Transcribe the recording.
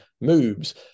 moves